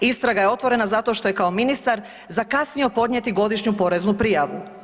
Istraga je otvorena zato što je kao ministar zakasnio podnijeti godišnju poreznu prijavu.